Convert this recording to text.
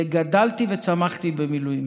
וגדלתי וצמחתי במילואים.